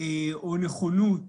או נכונות